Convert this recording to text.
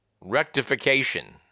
rectification